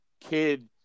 kid